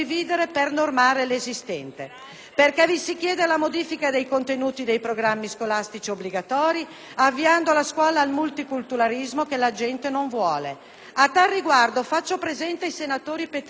mozioni si chiede la modifica dei contenuti dei programmi scolastici obbligatori, avviando la scuola al multiculturalismo che la gente non vuole. A tal riguardo faccio presente ai senatori Peterlini, Pinzger e Fosson